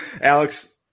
Alex